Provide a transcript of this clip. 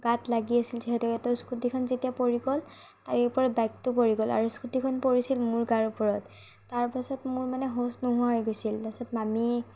গাত লাগি আছিল যিহেতুকে তো স্কুটীখন যেতিয়া পৰি গ'ল তাৰ ওপৰত বাইকটো পৰি গ'ল আৰু স্কুটীখন পৰিছিল মোৰ গাৰ ওপৰত তাৰ পাছত মোৰ মানে হুচ নোহোৱা হৈ গৈছিল তাৰ পাছত মামীয়ে